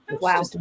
Wow